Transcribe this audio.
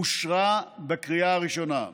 אושרה בקריאה ראשונה.